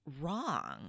wrong